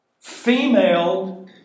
female